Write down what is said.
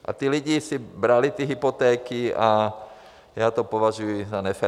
A ti lidé si brali ty hypotéky a já to považuji za nefér.